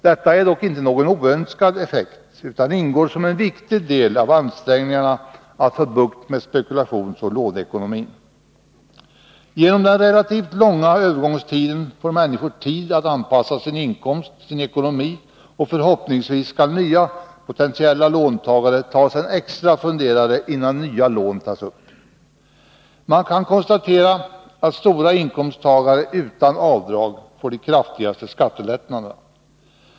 Detta är dock inte någon oönskad effekt utan ingår som en viktig del av ansträngningarna att få bukt med spekulationsoch låneekonomin. Genom den relativt långa övergångstiden får människorna tid att anpassa sin ekonomi, och förhoppningsvis skall nya potentiella låntagare ta sig en extra funderare innan lån tas upp. Man kan konstatera att stora inkomsttagare utan avdrag får de kraftigaste skattelättnaderna.